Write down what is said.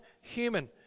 human